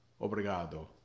Obrigado